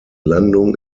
landung